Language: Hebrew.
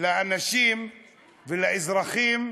לאנשים ולאזרחים: